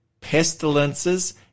pestilences